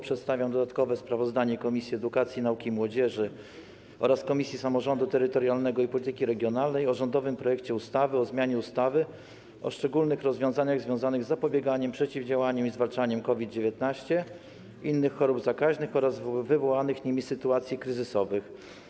Przedstawiam dodatkowe sprawozdanie Komisji Edukacji, Nauki i Młodzieży oraz Komisji Samorządu Terytorialnego i Polityki Regionalnej o rządowym projekcie ustawy o zmianie ustawy o szczególnych rozwiązaniach związanych z zapobieganiem, przeciwdziałaniem i zwalczaniem COVID-19, innych chorób zakaźnych oraz wywołanych nimi sytuacji kryzysowych.